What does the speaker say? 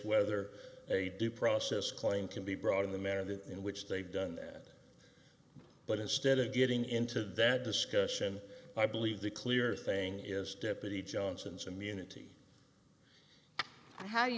whether a due process claim can be brought in the narrative in which they've done that but instead of getting into that discussion i believe the clear thing is deputy johnson's immunity how do you